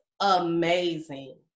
amazing